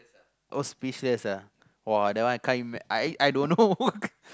or speechless lah I can't even I don't know